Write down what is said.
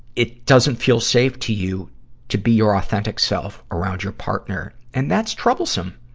it doesn't feel safe to you to be your authentic self around your partner, and that's troublesome.